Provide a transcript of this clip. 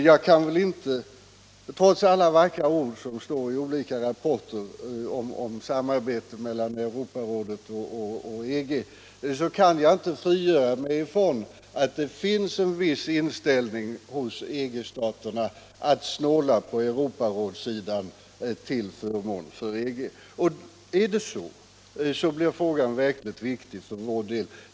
Jag kan, trots alla vackra ord som står i olika rapporter om samarbetet mellan Europarådet och EG, inte frigöra mig från en känsla av att det finns en viss inställning hos EG-staterna att snåla på Europarådssidan till förmån för EG. Är det så, blir frågan verkligt viktig för vår del.